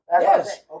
Yes